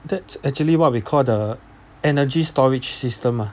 that's actually what we call the energy storage system ah